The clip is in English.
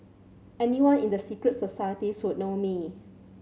anyone in the secret societies would know me